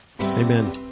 Amen